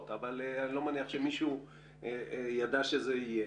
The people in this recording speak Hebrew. אבל אני לא מניח שמישהו ידע שזה יהיה.